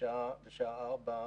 ובשעה 04:00,